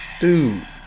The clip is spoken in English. Dude